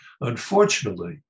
Unfortunately